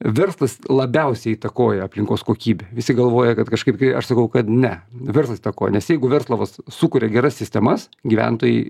verslas labiausiai įtakoja aplinkos kokybę visi galvoja kad kažkaip kai aš sakau kad ne verslas įtakoja nes jeigu verslovas sukuria geras sistemas gyventojai